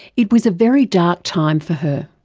it was a very dark time for her.